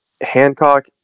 Hancock